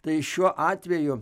tai šiuo atveju